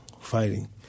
fighting